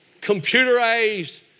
computerized